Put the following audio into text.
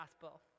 gospel